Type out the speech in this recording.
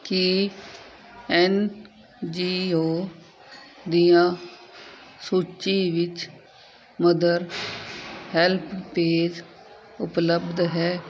ਕੀ N G O ਦੀਆਂ ਸੂਚੀ ਵਿੱਚ ਮਦਰ ਹੈਲਪਪੇਜ ਉਪਲੱਬਧ ਹੈ